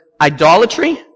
idolatry